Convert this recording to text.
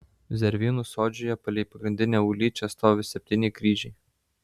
zervynų sodžiuje palei pagrindinę ulyčią stovi septyni kryžiai